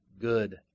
good